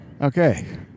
Okay